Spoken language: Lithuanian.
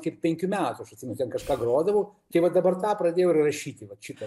kaip penkių metų aš atsimenu ten kažką grodavau tai va dabar tą pradėjau ir rašyti vat šitą